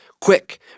Quick